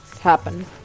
happen